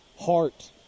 heart